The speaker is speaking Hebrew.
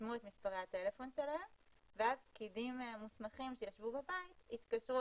רשמו את מספרי הטלפון שלהם ואז פקידים מוסמכים שישבו בבית התקשרו